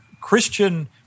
Christian